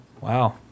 Wow